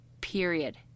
Period